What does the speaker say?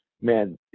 man